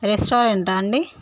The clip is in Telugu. రెస్టారెంటా అండి